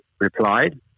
replied